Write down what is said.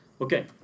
Okay